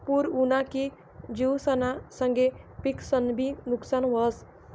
पूर उना की जिवसना संगे पिकंसनंबी नुकसान व्हस